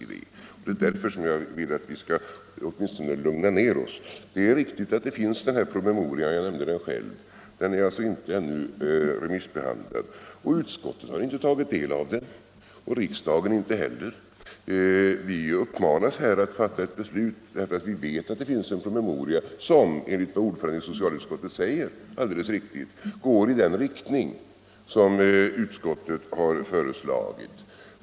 Det är därför som jag vill att vi åtminstone skall lugna ner oss. Det är riktigt att den här promemorian finns — jag nämnde den själv. Den är alltså inte ännu remissbehandlad. Utskottet har inte tagit del av den, och inte heller riksdagen. Vi uppmanas här att fatta ett beslut därför att vi vet att det finns en promemoria som, enligt vad ordföranden i socialutskottet säger alldeles riktigt, går i den riktning som utskottet har föreslagit.